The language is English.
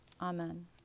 Amen